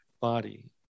Body